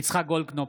יצחק גולדקנופ,